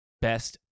best